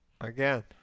again